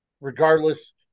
regardless